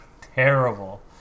terrible